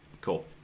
Cool